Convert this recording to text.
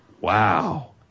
wow